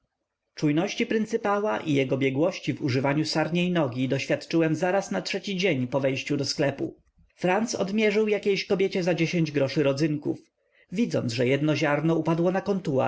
minclowie czujności pryncypała i jego biegłości w używaniu sarniej nogi doświadczyłem zaraz na trzeci dzień po wejściu do sklepu franc odmierzył jakiejś kobiecie za groszy rodzynków widząc że jedno ziarno upadło na kontuar